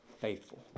faithful